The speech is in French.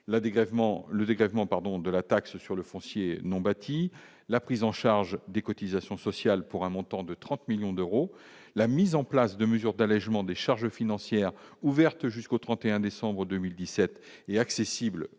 le dégrèvement, pardon, de la taxe sur le foncier non bâti, la prise en charge des cotisations sociales pour un montant de 30 millions d'euros, la mise en place de mesures d'allégement des charges financières ouverte jusqu'au 31 décembre 2017 et accessible